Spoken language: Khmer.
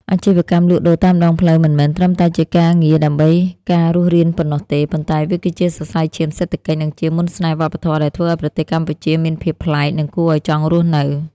អាជីវកម្មលក់ដូរតាមដងផ្លូវមិនមែនត្រឹមតែជាការងារដើម្បីការរស់រានប៉ុណ្ណោះទេ ប៉ុន្តែវាគឺជាសរសៃឈាមសេដ្ឋកិច្ច និងជាមន្តស្នេហ៍វប្បធម៌ដែលធ្វើឱ្យប្រទេសកម្ពុជាមានភាពប្លែក និងគួរឱ្យចង់រស់នៅ។